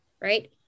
right